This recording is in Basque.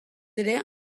ere